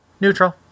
Neutral